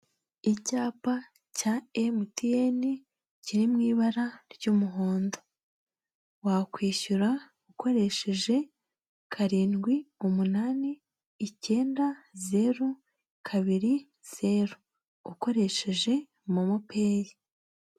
Icyapa cya MTN kiri mu ibara ry'umuhondo, wakwishyura ukoresheje karindwi, umunani, icyenda, zeru, kabiri, zeru, ukoresheje momo peyi.